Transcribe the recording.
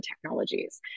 technologies